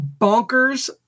Bonkers